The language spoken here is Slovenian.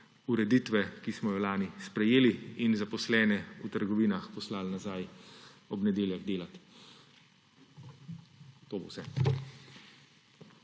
ureditve, ki smo jo lani sprejeli, in zaposlene v trgovinah poslali nazaj ob nedeljah delati. To bo vse.